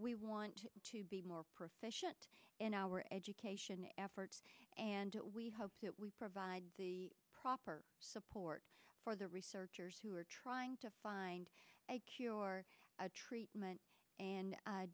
we want to be more proficient in our education efforts and we hope that we provide the proper support for the researchers who are trying to find a cure or a treatment and